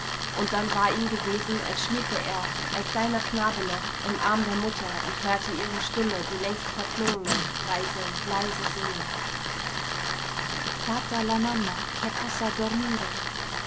und dann war ihm gewesen als schliefe er ein kleiner knabe noch im arm der mutter und hörte ihre stimme die längst verklungene leise leise singen